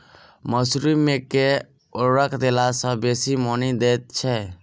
मसूरी मे केँ उर्वरक देला सऽ बेसी मॉनी दइ छै?